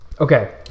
Okay